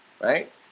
Right